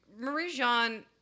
Marie-Jean